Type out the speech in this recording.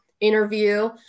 Interview